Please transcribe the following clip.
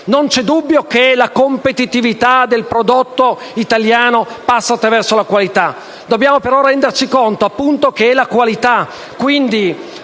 Non c'è dubbio che la competitività del prodotto italiano passi attraverso la qualità; dobbiamo però renderci conto che il tema